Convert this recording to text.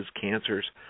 cancers